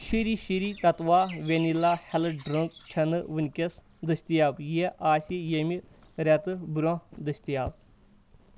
Shri Sri Tattva vanilla health drink چھنہٕ وٕنکیٚس دٔستِیاب، یہِ آسہِ ییٚمہِ رٮ۪تہٕ برونٛہہ دٔستِیاب